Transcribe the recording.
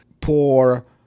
poor